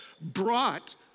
brought